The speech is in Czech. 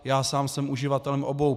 Já sám jsem uživatelem obou.